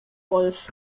wolf